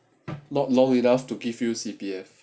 not long enough to give you C_P_F